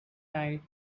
night